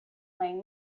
playing